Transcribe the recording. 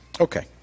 Okay